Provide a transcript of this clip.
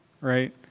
right